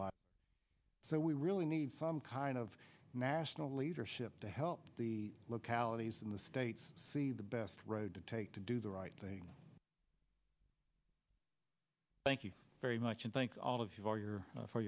lot so we really need some kind of national leadership to help the localities in the states see the best road to take to do the right thing thank you very much and thank all of you for your for